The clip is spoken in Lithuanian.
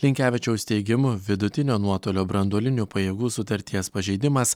linkevičiaus teigimu vidutinio nuotolio branduolinių pajėgų sutarties pažeidimas